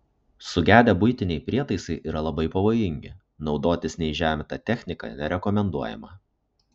sugedę buitiniai prietaisai yra labai pavojingi naudotis neįžeminta technika nerekomenduojama